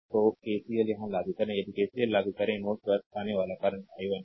तो KCL यहां लागू करें यदि KCL लागू करें नोड पर आने वाला करंट i1 है